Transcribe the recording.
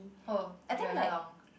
oh Joanna-Long